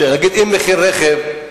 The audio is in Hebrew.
שנגיד אם מחיר רכב,